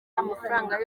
amafaranga